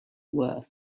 were